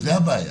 זו בעיה.